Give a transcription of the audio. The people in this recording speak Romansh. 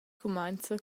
cumainza